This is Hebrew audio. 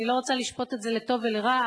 אני לא רוצה לשפוט את זה לטוב ולרע,